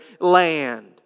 land